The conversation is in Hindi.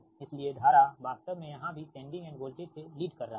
इसलिएधारा वास्तव में यहाँ भी सेंडिंग एंड वोल्टेज से लीड कर रहा है